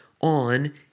on